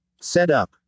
Setup